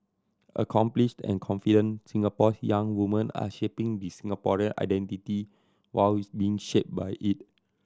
accomplished and confident Singapore's young woman are shaping the Singaporean identity while being shaped by it